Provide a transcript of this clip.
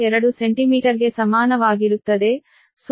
2 ಸೆಂಟಿಮೀಟರ್ಗೆ ಸಮಾನವಾಗಿರುತ್ತದೆ 0